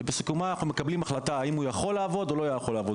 שבסיכומה אנחנו מקבלים החלטה אם הוא יכול לעבוד או לא יכול לעבוד.